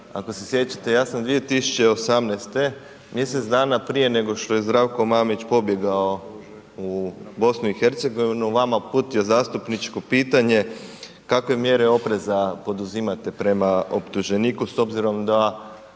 Ako se sjećate, ja sam 2018., mjesec dana prije nego što je Zdravko Mamić pobjegao u BiH, vama uputio zastupničko pitanje kakve mjere opreza poduzimate prema optuženiku s obzirom da